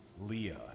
Leah